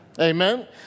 amen